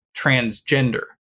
transgender